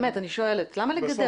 באמת אני שואלת, למה לגדר?